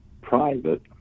private